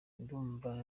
ndumva